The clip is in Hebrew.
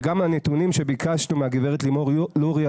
וגם הנתונים שיבקשנו מהגב' לימור לוריא,